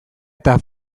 eta